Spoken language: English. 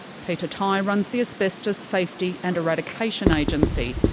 peter tighe runs the asbestos safety and eradication agency.